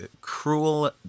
cruel